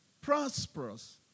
prosperous